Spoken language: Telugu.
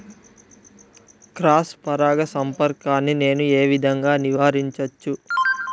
క్రాస్ పరాగ సంపర్కాన్ని నేను ఏ విధంగా నివారించచ్చు?